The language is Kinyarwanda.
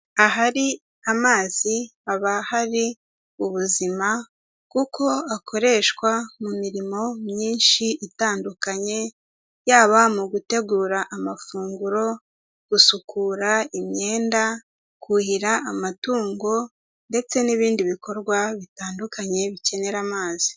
Ahari amazi haba hari ubuzima kuko akoreshwa mu mirimo myinshi itandukanye, yaba mu gutegura amafunguro, gusukura imyenda, kuhira amatungo ndetse n'ibindi bikorwa bitandukanye bikenera amazi.